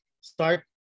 start